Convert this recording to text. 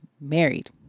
married